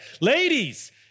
Ladies